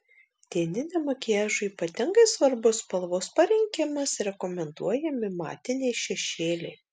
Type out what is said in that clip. dieniniam makiažui ypatingai svarbus spalvos parinkimas rekomenduojami matiniai šešėliai